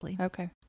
Okay